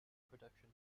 production